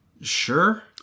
Sure